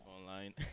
online